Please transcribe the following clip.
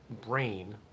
brain